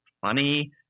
funny